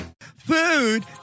Food